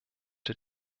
der